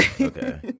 Okay